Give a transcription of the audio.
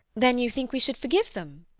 then you think we should forgive them?